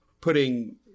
putting